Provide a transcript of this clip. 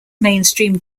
mainstream